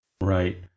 Right